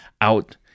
out